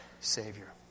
Savior